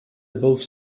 above